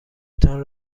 تان